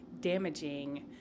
damaging